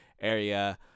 area